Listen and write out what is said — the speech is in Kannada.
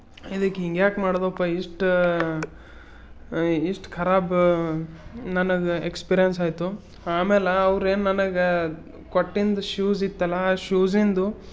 ಇದಕ್ಕೆ ಹಿಂಗ್ಯಾಕೆ ಮಾಡ್ದೊಪ್ಪಾ ಇಷ್ಟು ಇಷ್ಟು ಖರಾಬ್ ನನಗೆ ಎಕ್ಸ್ಪಿರೆನ್ಸ್ ಆಯಿತು ಆಮೇಲೆ ಅವ್ರೇನು ನನಗೆ ಕೊಟ್ಟಿದ್ ಶೂಸ್ ಇತ್ತಲ್ಲ ಆ ಶೂಸಿನದು